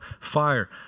fire